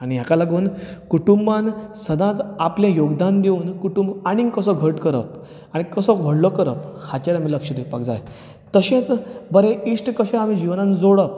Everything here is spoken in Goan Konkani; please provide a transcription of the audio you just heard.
हाका लागून कुटुंबान सदांच आपलें योगदान दिवन कुटूंब आनी कसो घट करप आनी कसो व्हडलो करप हाचेर आमी लक्ष्य दिवपाक जाय तशेंच बरे इश्ट कशे आमी जिवनांत जोडप